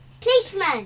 Policeman